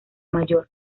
mayor